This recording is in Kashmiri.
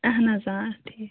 اہن حظ آ ٹھیٖک